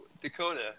Dakota